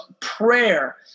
prayer